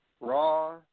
raw